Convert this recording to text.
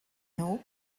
nhw